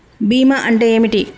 బీమా అంటే ఏమిటి?